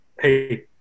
hey